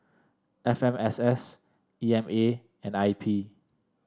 F M S S E M A and I P